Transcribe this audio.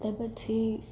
તે પછી